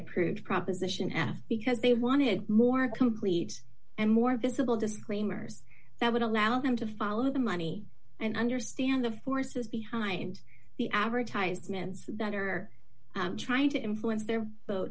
approved proposition f because they wanted more complete and more visible disclaimers that would allow them to follow the money and understand the forces behind the advertisements that are trying to influence the